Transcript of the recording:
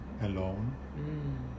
alone